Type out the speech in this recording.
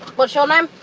what's your name?